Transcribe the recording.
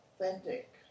authentic